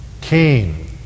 Cain